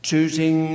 Choosing